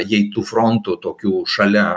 jei tų frontų tokių šalia